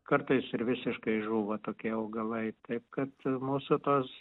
kartais ir visiškai žūva tokie augalai taip kad mūsų tos